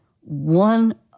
one